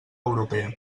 europea